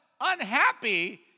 unhappy